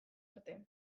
arte